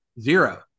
zero